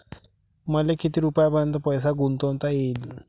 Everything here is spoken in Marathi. मले किती रुपयापर्यंत पैसा गुंतवता येईन?